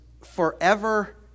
forever